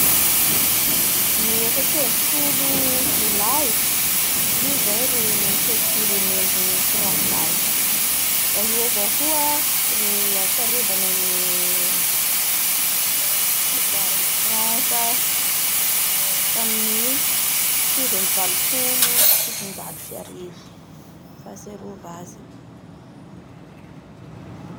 Ny efatsy ambin'ny folo jolay zay ro fetimpirenena Frantsay da io avao koa roahatsiarovana ny fivoaran'ny Frantsa tamin'ny sivy ambin'ny valopolo sy fitonjato sy arivo fahatsiarova azy.